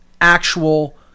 actual